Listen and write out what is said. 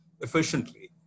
efficiently